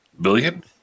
Billion